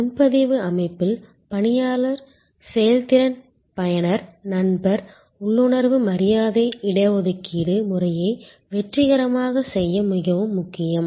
முன்பதிவு அமைப்பில் பணியாளர் செயல்திறன் பயனர் நண்பர் உள்ளுணர்வு மரியாதை இடஒதுக்கீடு முறையை வெற்றிகரமாக செய்ய மிகவும் முக்கியம்